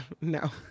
no